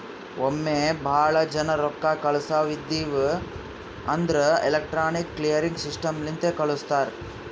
ಒಮ್ಮೆ ಭಾಳ ಜನಾ ರೊಕ್ಕಾ ಕಳ್ಸವ್ ಇದ್ಧಿವ್ ಅಂದುರ್ ಎಲೆಕ್ಟ್ರಾನಿಕ್ ಕ್ಲಿಯರಿಂಗ್ ಸಿಸ್ಟಮ್ ಲಿಂತೆ ಕಳುಸ್ತಾರ್